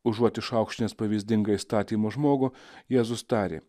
užuot išaukštinęs pavyzdingą įstatymo žmogų jėzus tarė